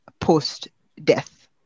post-death